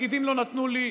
הפקידים לא נתנו לי,